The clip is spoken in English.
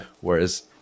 Whereas